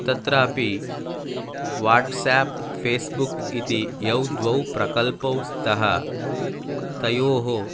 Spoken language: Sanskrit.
तत्रापि वाट्साप् फ़ेस्बुक् इति यौ द्वौ प्रकल्पौ स्तः तयोः